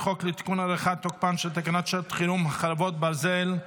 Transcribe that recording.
ולהארכת תוקפן של תקנות שעת חירום (חרבות ברזל)